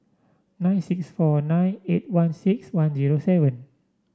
nine six four nine eight one six one zero seven